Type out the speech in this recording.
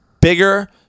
bigger